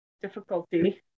difficulty